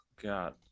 God